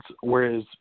whereas –